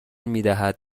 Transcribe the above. میدهد